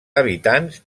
habitants